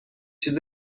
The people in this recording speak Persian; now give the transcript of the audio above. چیز